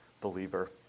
believer